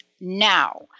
now